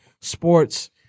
sports